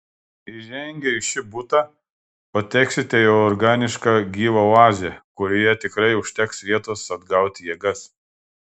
įžengę į šį butą pateksite į organišką gyvą oazę kurioje tikrai užteks vietos atgauti jėgas